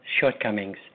shortcomings